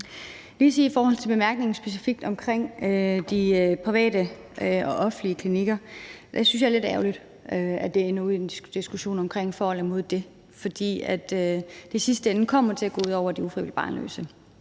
lige sige i forhold til bemærkningen specifikt om de private og de offentlige klinikker, at jeg synes, det er lidt ærgerligt, at det ender ud i en diskussion om at være for eller imod det. For i sidste ende kommer det til at gå ud over de ufrivilligt barnløse.